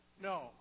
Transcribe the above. No